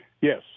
yes